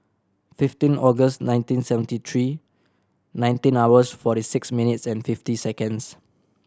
fifteen August nineteen seventy three nineteen hours forty six minutes and fifty seconds